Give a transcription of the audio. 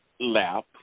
lap